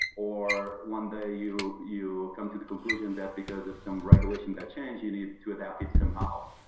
or one day you you come to the conclusion that because of some regulation that change, you need to adapt it somehow.